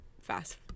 fast